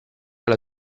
alla